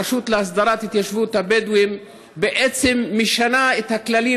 הרשות להסדרת התיישבות הבדואים בעצם משנה את הכללים